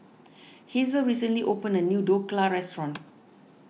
Hazel recently opened a new Dhokla restaurant